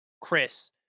chris